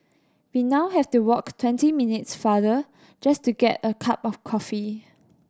we now have to walk twenty minutes farther just to get a cup of coffee